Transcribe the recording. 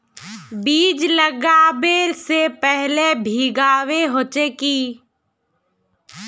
बीज लागबे से पहले भींगावे होचे की?